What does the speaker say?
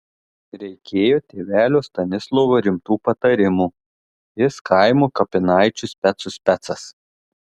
reikėjo tėvelio stanislovo rimtų patarimų jis kaimo kapinaičių specų specas